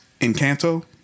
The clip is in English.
encanto